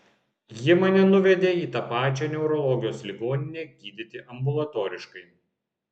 ji mane nuvedė į tą pačią neurologijos ligoninę gydyti ambulatoriškai